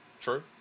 True